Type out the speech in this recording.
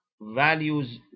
Values